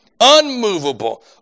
unmovable